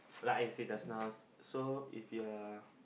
like I say just now so if you're